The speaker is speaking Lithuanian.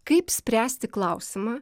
kaip spręsti klausimą